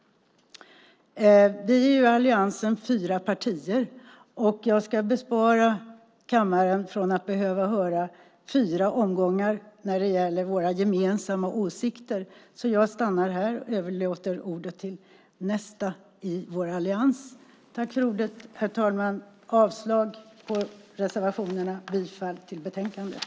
Vi är i alliansen fyra partier, och jag ska bespara kammaren att behöva höra fyra omgångar av våra gemensamma åsikter. Jag stannar här och överlåter ordet till nästa talare i vår allians. Herr talman! Jag yrkar avslag på reservationerna och bifall till förslagen i betänkandet.